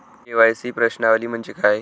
KYC प्रश्नावली म्हणजे काय?